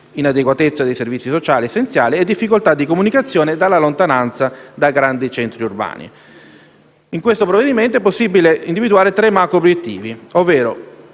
inadeguatezza dei servizi sociali essenziali e difficoltà di comunicazione e dalla lontananza dai grandi centri urbani. In questo provvedimento è possibile individuare tre macro obiettivi: favorire